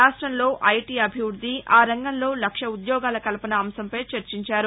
రాష్టంలో ఐటీ అభివృద్ది ఆ రంగంలో లక్ష ఉద్యోగాల కల్పన అంశంపై చర్చించారు